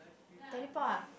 teleport ah